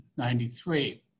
1993